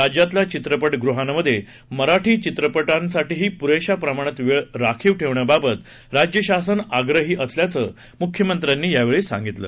राज्यातल्या चित्रपटगृहांमध्ये मराठी चित्रपटांसाठीही पुरेशा प्रमाणात वेळ राखीव ठेवण्याबाबत राज्य शासन आग्रही असल्याचं मुख्यमंत्र्यांनी यावेळी सांगितलं